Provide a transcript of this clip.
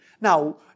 Now